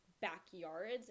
backyards